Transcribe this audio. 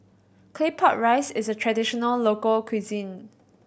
Claypot Rice is a traditional local cuisine